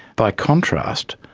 by contrast,